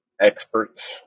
experts